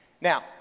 Now